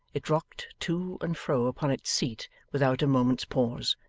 it rocked to and fro upon its seat without a moment's pause,